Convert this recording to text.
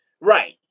Right